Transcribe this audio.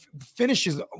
finishes